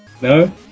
No